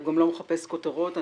הוא לא מחפש כותרות.